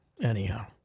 anyhow